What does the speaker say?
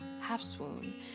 half-swoon